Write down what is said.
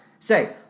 Say